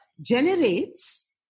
generates